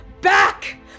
back